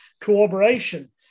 cooperation